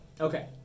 Okay